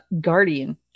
Guardian